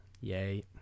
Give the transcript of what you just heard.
Yay